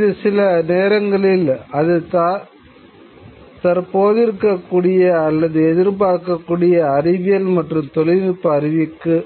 இது சில நேரங்களில் அது தற்போதிருக்கக்கூடிய அல்லது எதிர்பார்க்கக்கூடிய அறிவியல் மற்றும் தொழில்நுட்ப அறிவுக்கு